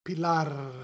Pilar